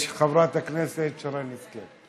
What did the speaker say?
חברת הכנסת שרן השכל.